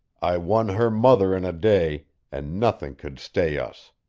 i won her mother in a day, and nothing could stay us.